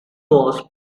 was